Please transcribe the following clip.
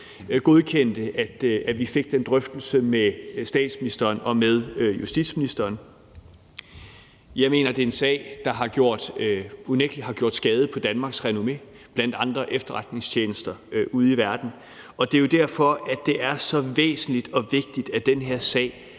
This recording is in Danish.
godkendte, at vi fik den drøftelse med statsministeren og med justitsministeren. Jeg mener, det er en sag, der unægtelig har gjort skade på Danmarks renommé blandt andre efterretningstjenester ude i verden, og det er jo derfor, det er så væsentligt og vigtigt, at den her sag